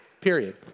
period